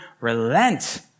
relent